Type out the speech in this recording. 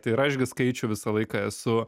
tai ir aš gi skaičių visą laiką esu